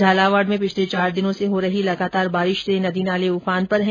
झालावाड में पिछले चार दिनों से हो रही लगातार बारिश से नदी नाले उफान पर है